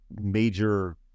major